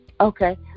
Okay